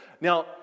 Now